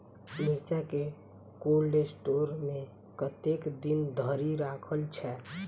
मिर्चा केँ cold store मे कतेक दिन धरि राखल छैय?